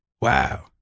wow